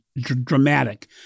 dramatic